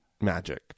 magic